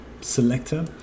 selector